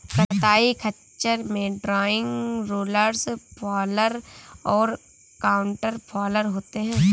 कताई खच्चर में ड्रॉइंग, रोलर्स फॉलर और काउंटर फॉलर होते हैं